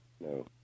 no